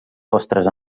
postres